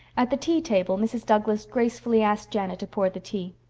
at the tea table mrs. douglas gracefully asked janet to pour the tea.